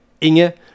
Inge